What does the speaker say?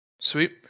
Sweet